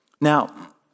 Now